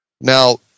Now